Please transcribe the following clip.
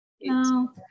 No